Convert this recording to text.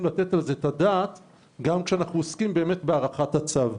לתת על זה את הדעת גם כשאנחנו עוסקים בהארכת הצו.